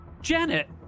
Janet